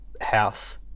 house